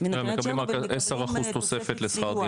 מנטרלי צ'רנוביל מקבלים תוספת לסיוע,